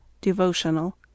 devotional